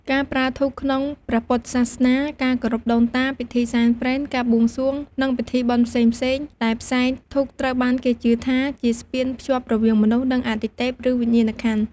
ការប្រើធូបក្នុងព្រះពុទ្ធសាសនា ការគោរពដូនតា ពិធីសែនព្រេន ការបួងសួង និងពិធីបុណ្យផ្សេងៗដែល ផ្សែងធូបត្រូវបានគេជឿថាជាស្ពានភ្ជាប់រវាងមនុស្ស និងអាទិទេព ឬវិញ្ញាណក្ខន្ធ។